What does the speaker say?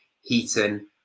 Heaton